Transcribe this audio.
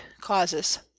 causes